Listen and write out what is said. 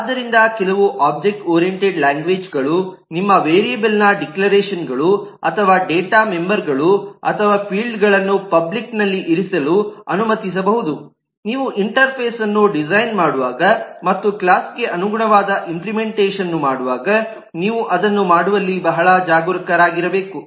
ಆದ್ದರಿಂದ ಕೆಲವು object oriented language ಗಳು ನಿಮ್ಮ ವೇರಿಯಬಲ್ನ ಡಿಕ್ಲರೇಷನ್ ಗಳು ಅಥವಾ ಡೇಟಾ ಮೆಂಬರ್ಗಳು ಅಥವಾ ಫೀಲ್ಡ್ಗಳನ್ನು ಪಬ್ಲಿಕ್ ವ್ಯೂಯಲ್ಲಿ ಇರಿಸಲು ಅನುಮತಿಸಬಹುದಾದರೂ ನೀವು ಇಂಟರ್ಫೇಸ್ಅನ್ನು ಡಿಸೈನ್ ಮಾಡುವಾಗ ಮತ್ತು ಕ್ಲಾಸ್ಗೆ ಅನುಗುಣವಾದ ಇಂಪ್ಲಿಮೆಂಟೇಷನ್ ಅನ್ನು ಮಾಡುವಾಗ ನೀವು ಅದನ್ನು ಮಾಡುವಲ್ಲಿ ಬಹಳ ಜಾಗರೂಕರಾಗಿರಬೇಕು